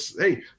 hey